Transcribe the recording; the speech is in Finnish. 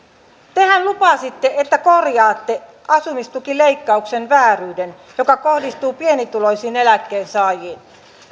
tehän lupasitte että korjaatte asumistukileikkauksen vääryyden joka kohdistuu pienituloisiin eläkkeensaajiin